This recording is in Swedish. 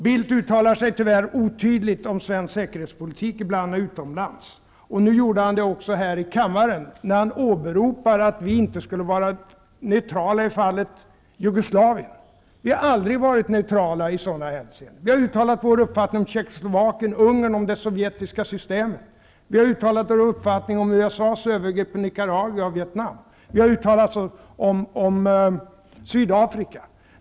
Bildt uttalar sig tyvärr ibland otydligt om svensk säkerhetspolitik när han är utomlands, och nu gjorde han det också här i kammaren, när han åberopade att vi inte skulle vara neutrala i fallet Jugoslavien. Vi har aldrig varit neutrala i sådana hänseenden. Vi har uttalat vår uppfattning om Tjeckoslovakien, Ungern och det sovjetiska systemet. Vi har uttalat vår uppfattning om USA:s övergrepp på Nicaragua och Vietnam. Vi har uttalat oss om Sydafrika.